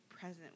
present